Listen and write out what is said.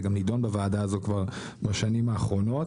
זה גם נידון בוועדה הזאת כבר בשנים האחרונות.